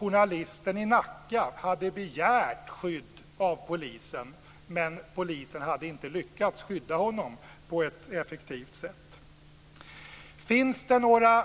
Journalisten i Nacka hade begärt skydd av polisen, men polisen hade inte lyckats skydda honom på ett effektivt sätt. Finns det några